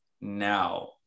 now